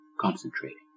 concentrating